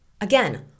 Again